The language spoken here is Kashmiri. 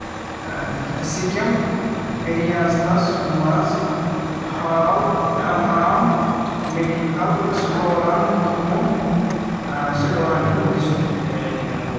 سِکِم ریاستس مَنٛز ہاو تمام میڈیکل سٹورَن ہُنٛد سٹورن ہُنٛد لسٹ